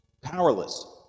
powerless